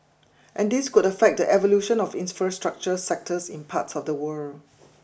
and this could affect the evolution of infrastructure sectors in parts of the world